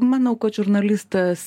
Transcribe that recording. manau kad žurnalistas